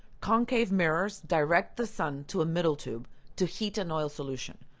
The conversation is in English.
concave mirrors direct the sun to a middle tube to heat an oil solution.